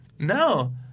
No